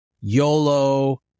YOLO